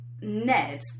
Ned